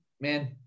man